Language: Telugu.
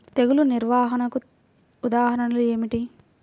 తెగులు నిర్వహణకు ఉదాహరణలు ఏమిటి?